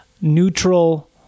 neutral